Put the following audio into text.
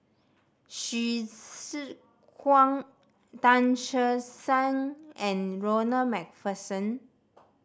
Hsu Tse Kwang Tan Che Sang and Ronald Macpherson